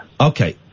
Okay